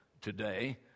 today